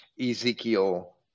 Ezekiel